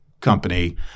company